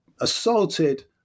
assaulted